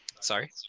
Sorry